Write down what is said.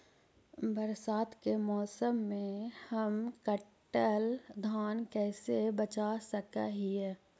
बरसात के मौसम में हम कटल धान कैसे बचा सक हिय?